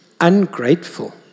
ungrateful